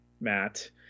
Matt